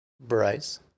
Bryce